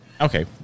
Okay